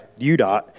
UDOT